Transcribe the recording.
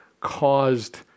caused